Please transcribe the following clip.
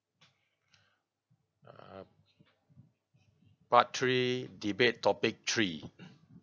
um part three debate topic three